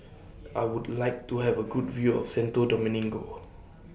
I Would like to Have A Good View of Santo Domingo